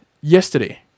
Yesterday